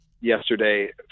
yesterday